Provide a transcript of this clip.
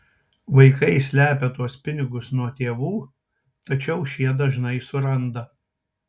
vaikai slepią tuos pinigus nuo tėvų tačiau šie dažnai surandą